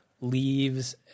leaves